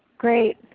great.